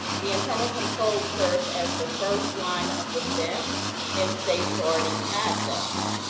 the internal control serves as the first line of defense and safeguarding assets.